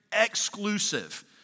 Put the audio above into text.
exclusive